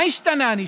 מה השתנה היום?